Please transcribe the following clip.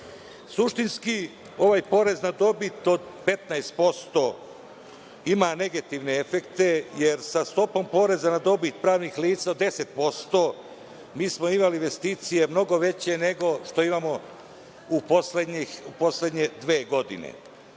Suštinski, ovaj porez na dobit od 15% ima negativne efekte, jer sa stopom poreza na dobit pravnih lica od 10% imali smo investicije mnogo veće nego što imamo u poslednje dve